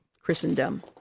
Christendom